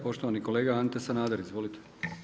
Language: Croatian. Poštovani kolega Ante Sanader, izvolite.